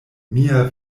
mia